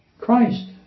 Christ